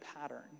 pattern